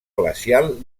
glacial